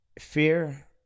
Fear